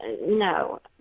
No